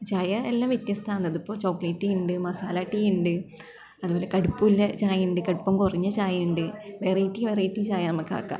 ചായയെല്ലാം വ്യത്യാസ്ഥമാണ് അത് ഇപ്പം ചോക്ലേറ്റി ഉണ്ട് മസാല ടീ ഉണ്ട് അതുപോലെ കടുപ്പമുള്ള ചായ ഉണ്ട് കടുപ്പം കുറഞ്ഞ ചായ ഉണ്ട് വെറൈറ്റി വെറൈറ്റി ചായ നമുക്ക് ആകാം